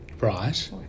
Right